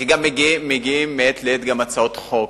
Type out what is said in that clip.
כי גם מגיעות מעת לעת הצעות חוק,